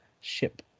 Ship